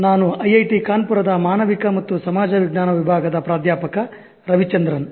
ನಾನು ಐಐಟಿ ಕಾನ್ಪುರದ ಮಾನವಿಕ ಮತ್ತು ಸಮಾಜ ವಿಜ್ಞಾನ ವಿಭಾಗದ ಪ್ರಾಧ್ಯಾಪಕ ರವಿಚಂದ್ರನ್